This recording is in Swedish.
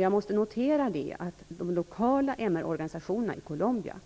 Jag måste notera att de lokala MR-organisationerna i Colombia